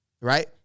right